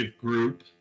group